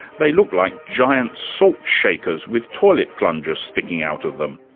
they look like giant salt shakers with toilet plungers sticking out of them.